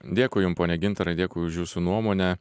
dėkui jum pone gintarai dėkui už jūsų nuomonę